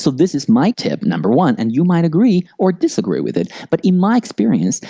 so this is my tip number one and you might agree or disagree with it. but in my experience,